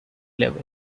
level